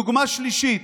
דוגמה שלישית.